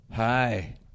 Hi